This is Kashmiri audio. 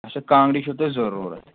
اچھا کانٛگٕر چھِو تۄہہِ ضروٗرَت